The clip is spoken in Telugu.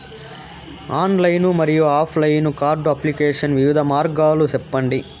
ఆన్లైన్ మరియు ఆఫ్ లైను కార్డు అప్లికేషన్ వివిధ మార్గాలు సెప్పండి?